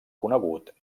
conegut